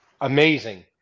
amazing